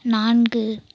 நான்கு